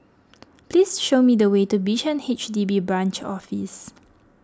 please show me the way to Bishan H D B Branch Office